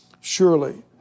surely